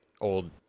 old